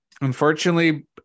Unfortunately